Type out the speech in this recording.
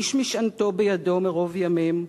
ואיש משענתו בידו מרוב ימים,